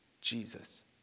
Jesus